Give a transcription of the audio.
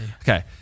Okay